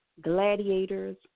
Gladiators